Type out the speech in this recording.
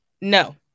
no